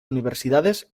universidades